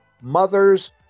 mother's